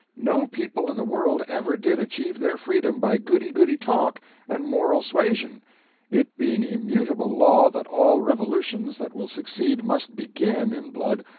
no people in the world ever did achieve their freedom by goody-goody talk and moral suasion it being immutable law that all revolutions that will succeed must begin in blood,